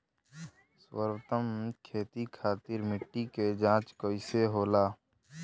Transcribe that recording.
सर्वोत्तम खेती खातिर मिट्टी के जाँच कईसे होला?